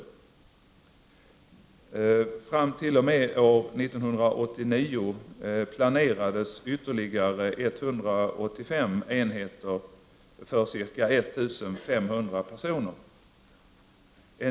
Fram t.o.m. år 1989 planerades ytterligare 185 enheter för ca 1500 personer.